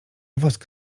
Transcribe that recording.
wosk